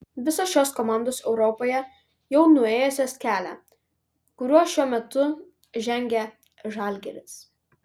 visos šios komandos europoje jau nuėjusios kelią kuriuo šiuo metu žengia žalgiris